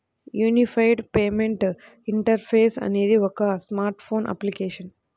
unified payment interface అనేది ఒక smart phone application